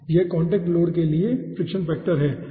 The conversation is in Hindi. यह कॉन्टैक्ट लोड के लिए फ्रिक्शन फैक्टर है